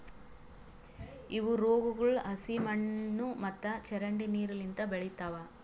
ಇವು ರೋಗಗೊಳ್ ಹಸಿ ಮಣ್ಣು ಮತ್ತ ಚರಂಡಿ ನೀರು ಲಿಂತ್ ಬೆಳಿತಾವ್